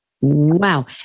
Wow